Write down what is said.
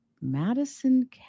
Madison